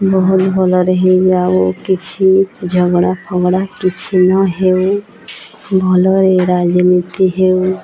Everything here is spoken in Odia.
ବହୁତ ଭଲରେ ହେଇଯାଉ କିଛି ଝଗଡ଼ା ଫଗଡ଼ା କିଛି ନ ହେଉ ଭଲରେ ରାଜନୀତି ହେଉ